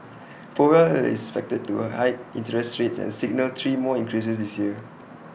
powell is expected to hike interest rates and signal three more increases this year